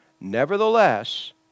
Nevertheless